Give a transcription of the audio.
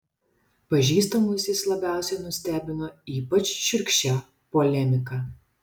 pažįstamus jis labiausiai nustebino ypač šiurkščia polemika